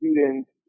students